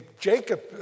Jacob